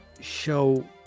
show